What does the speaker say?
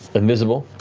invisible,